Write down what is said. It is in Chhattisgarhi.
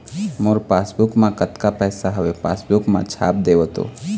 मोर पासबुक मा कतका पैसा हवे पासबुक मा छाप देव तो?